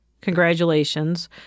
congratulations